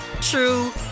true